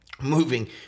moving